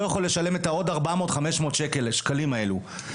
יכול לשלם את 400-500 השקלים הנוספים האלה,